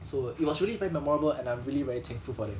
so it was really very memorable and I'm really very thankful for that